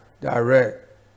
direct